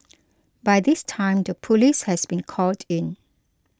by this time the police has been called in